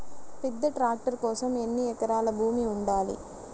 పెద్ద ట్రాక్టర్ కోసం ఎన్ని ఎకరాల భూమి ఉండాలి?